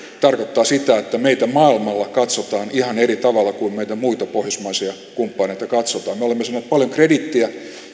tarkoittaa sitä että meitä maailmalla katsotaan ihan eri tavalla kuin muita pohjoismaisia kumppaneita katsotaan me olemme saaneet paljon krediittiä